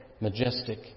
majestic